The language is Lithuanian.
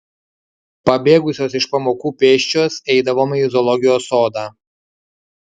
pabėgusios iš pamokų pėsčios eidavome į zoologijos sodą